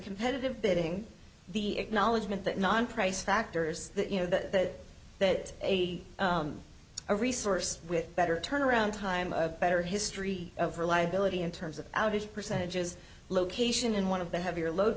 competitive bidding the acknowledgement that non price factors you know that that a a resource with better turnaround time a better history of reliability in terms of outage percentages location and one of the heavier load